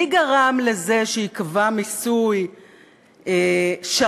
מי גרם לזה שייקבע מיסוי שערורייתי,